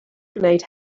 gwneud